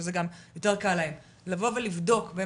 ולבדוק.